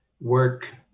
work